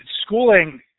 schooling